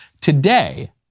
Today